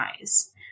eyes